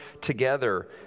together